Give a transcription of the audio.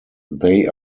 they